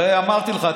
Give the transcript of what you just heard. הרי אמרתי לך,